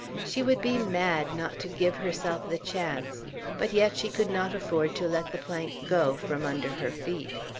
she would be mad not to give herself the chance but yet she could not afford to let the plank go from under her feet.